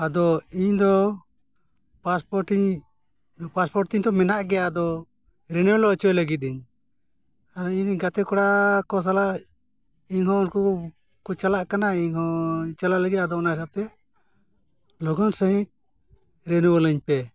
ᱟᱫᱚ ᱤᱧ ᱫᱚ ᱯᱟᱥᱯᱳᱨᱴ ᱤᱧ ᱯᱟᱥᱯᱳᱨᱴ ᱛᱤᱧ ᱛᱚ ᱢᱮᱱᱟᱜ ᱜᱮᱭᱟ ᱟᱫᱚ ᱨᱮᱱᱩᱭᱮᱞ ᱚᱪᱚᱭ ᱞᱟᱹᱜᱤᱫᱧ ᱤᱧ ᱟᱨ ᱤᱧ ᱨᱮᱱ ᱜᱟᱛᱮ ᱠᱚᱲᱟ ᱠᱚ ᱥᱟᱞᱟᱜ ᱤᱧ ᱦᱚᱸ ᱩᱱᱠᱩ ᱠᱚ ᱪᱟᱞᱟᱜ ᱠᱟᱱᱟ ᱤᱧ ᱦᱚᱸᱧ ᱪᱟᱞᱟᱜ ᱞᱟᱹᱜᱤᱫ ᱟᱫᱚ ᱚᱱᱟ ᱦᱤᱥᱟᱹᱵ ᱛᱮ ᱞᱚᱜᱚᱱ ᱥᱟᱺᱦᱤᱡ ᱨᱤᱱᱣᱩᱣᱟᱞᱟᱹᱧ ᱯᱮ